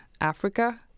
Africa